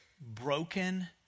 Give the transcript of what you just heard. broken